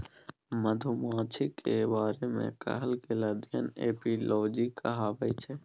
मधुमाछीक बारे मे कएल गेल अध्ययन एपियोलाँजी कहाबै छै